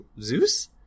zeus